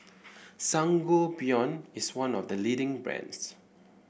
Sangobion is one of the leading brands